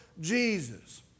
Jesus